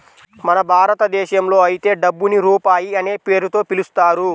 మన భారతదేశంలో అయితే డబ్బుని రూపాయి అనే పేరుతో పిలుస్తారు